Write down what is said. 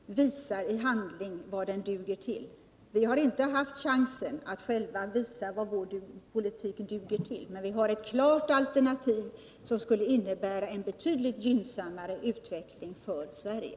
Herr talman! Får också jag lov att sätta betyg på herr Andersson: bedrövligt! Socialdemokratisk politik visar i handling vad den duger till. Vi har inte haft chansen att själva visa vad vår politik duger till, men vi har ett klart alternativ som skulle innebära en betydligt gynnsammare utveckling för Sverige.